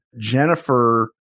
Jennifer